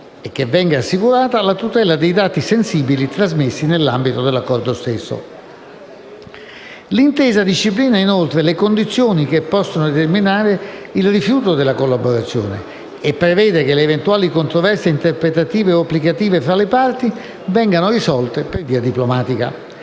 e che venga assicurata la tutela dei dati sensibili trasmessi nell'ambito dell'Accordo stesso. L'intesa disciplina altresì le condizioni che possono determinare il rifiuto della collaborazione e prevede che le eventuali controversie interpretative o applicative fra le parti vengano risolte per via diplomatica.